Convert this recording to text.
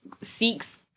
seeks